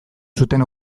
zuten